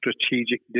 strategic